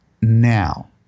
Now